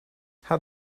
how